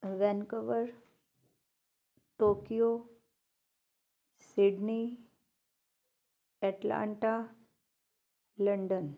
Vancouver Tokyo Sydney atlanta London